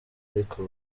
ariko